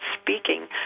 speaking